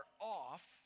off